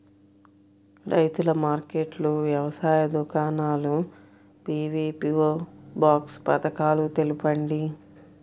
రైతుల మార్కెట్లు, వ్యవసాయ దుకాణాలు, పీ.వీ.ఓ బాక్స్ పథకాలు తెలుపండి?